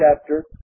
chapter